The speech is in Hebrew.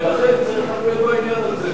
ולכן צריך לטפל בעניין הזה.